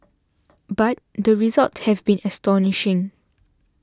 but the results have been astonishing